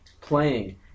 playing